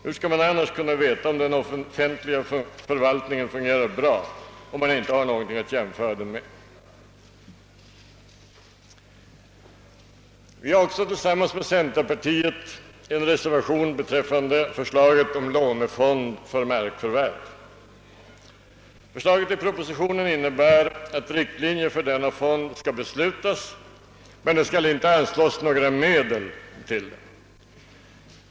Hur skall man kunna veta om den offentliga förvaltningen fungerar bra, om det inte finns något att jämföra med? Vi har också tillsammans med centerpartiet reserverat oss beträffande förslaget om en lånefond för markförvärv. Förslaget i propositionen innebär att riktlinjer för denna fond skall beslutas, men några medel därtill skall inte an slås.